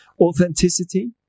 Authenticity